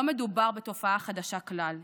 לא מדובר בתופעה חדשה כלל,